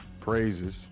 praises